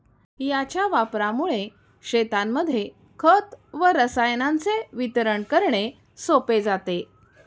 याच्या वापरामुळे शेतांमध्ये खत व रसायनांचे वितरण करणे सोपे जाते